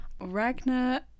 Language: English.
Ragnar